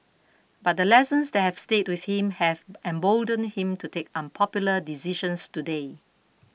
but the lessons that have stayed with him have emboldened him to take unpopular decisions today